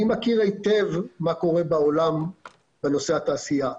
אני מכיר היטב מה קורה בעולם בנושא התעשייה.